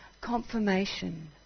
confirmation